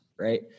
right